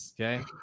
Okay